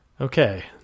Okay